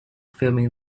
filming